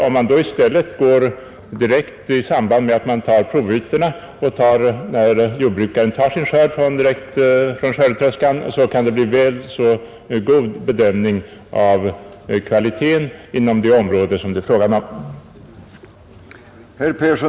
Om man då i stället gör kvalitetsbedömningen direkt i samband med att man undersöker provytorna och gör det när jordbrukaren får sin skörd i skördetröskan, så kan det bli en väl så god bedömning av kvaliteten inom det område det är fråga om.